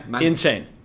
insane